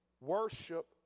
worship